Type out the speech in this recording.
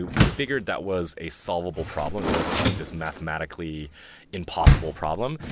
we figured that was a solvable problem. it wasn't like this mathematically impossible problem.